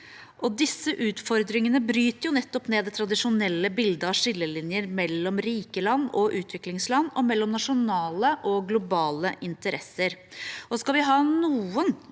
Disse utfordringene bryter nettopp med det tradisjonelle bildet av skillelinjer mellom rike land og utviklingsland, og mellom nasjonale og globale interesser.